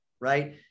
right